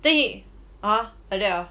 then he !huh! like that ah